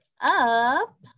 up